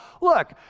look